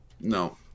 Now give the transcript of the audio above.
no